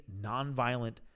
nonviolent